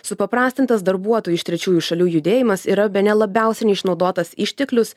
supaprastintas darbuotojų iš trečiųjų šalių judėjimas yra bene labiausiai neišnaudotas išteklius